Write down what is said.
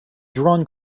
drawn